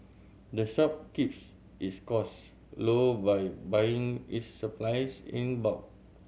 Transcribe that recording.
the shop keeps its costs low by buying its supplies in bulk